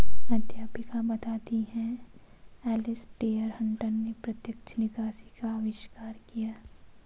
अध्यापिका बताती हैं एलेसटेयर हटंन ने प्रत्यक्ष निकासी का अविष्कार किया